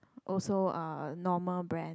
also uh normal brand